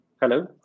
hello